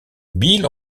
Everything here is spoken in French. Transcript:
bill